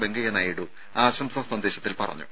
വെങ്കയ്യ നായിഡു ആശംസാ സന്ദേശത്തിൽ പറഞ്ഞു